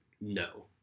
no